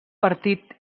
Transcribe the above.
partit